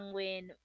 win